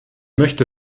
möchte